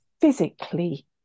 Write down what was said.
physically